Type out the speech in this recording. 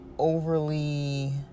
overly